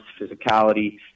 physicality